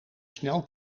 snel